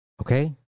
Okay